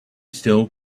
still